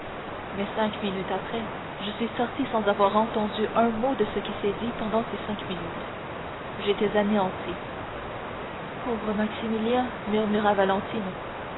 mais cinq minutes après je suis sorti sans avoir entendu un mot de ce qui s'est dit pendant ces cinq minutes j'étais anéanti pauvre maximilien murmura valentine